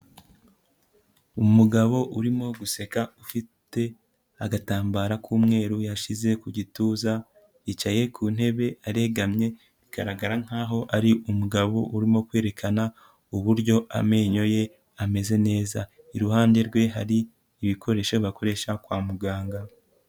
Umugabo urimo guseka, ufite agatambaro k'umweru yashyize ku gituza, yicaye ku ntebe aregamye, bigaragara nkaho ari umugabo urimo kwerekana uburyo amenyo ye ameze neza, iruhande rwe hari ibikoresho bakoresha kwa muganga.